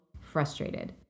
frustrated